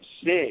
six